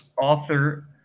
author